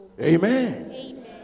Amen